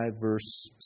verse